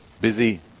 busy